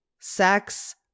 sex